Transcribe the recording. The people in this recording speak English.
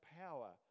power